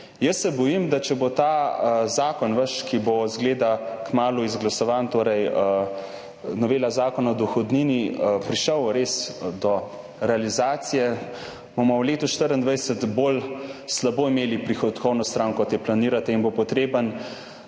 Jaz se bojim, da če bo ta vaš zakon, ki bo, izgleda, kmalu izglasovan, torej novela Zakona o dohodnini, prišel res do realizacije, bomo v letu 2024 imeli prihodkovno stran bolj slabo, kot jo planirate, in bo potrebno